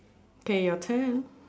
okay your turn